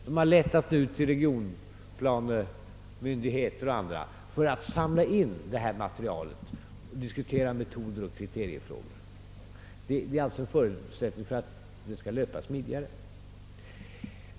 Man har då lätt att nå ut till regionplanemyndigheter och andra för att samla in detta material samt diskutera metoder och kriteriefrågor. Det är alltså förutsättningen för att det skall löpa smidigare.